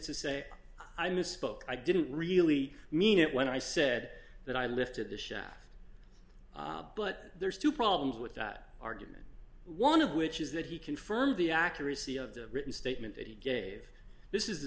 to say i misspoke i didn't really mean it when i said that i lifted the chef but there's two problems with that argument one of which is that he confirmed the accuracy of the written statement that he gave this is the